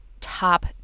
top